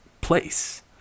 place